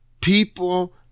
people